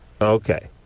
Okay